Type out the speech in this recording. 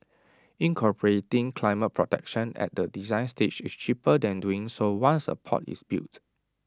incorporating climate protection at the design stage is cheaper than doing so once A port is built